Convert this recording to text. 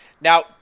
Now